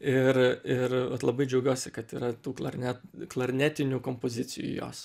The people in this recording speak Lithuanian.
ir ir vat labai džiaugiuosi kad yra tų klarnet klarnetinių kompozicijų jos